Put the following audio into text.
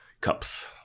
cups